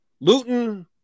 Luton